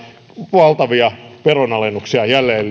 valtavia veronalennuksia jälleen